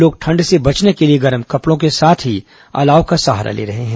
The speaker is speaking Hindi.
लोग ठंड से बचने के लिए गर्म कपड़ों के साथ ही अलाव का सहारा ले रहे हैं